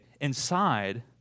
inside